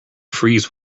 freeze